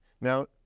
Now